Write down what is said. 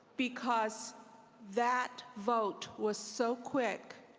because that vote was so quick,